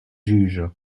juge